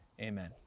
amen